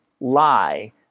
lie